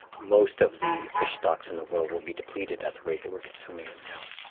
most of the fish stocks in the world will be depleted at the rate that we're consuming it now.